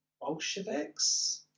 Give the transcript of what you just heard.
Bolsheviks